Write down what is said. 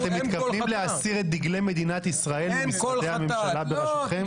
אתם מתכוונים להסיר את דגלי מדינת ישראל ממשרדי הממשלה בראשותכם?